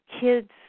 kids